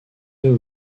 eux